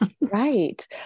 Right